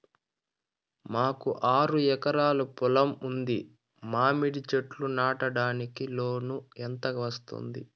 మాకు ఆరు ఎకరాలు పొలం ఉంది, మామిడి చెట్లు నాటడానికి లోను ఎంత వస్తుంది?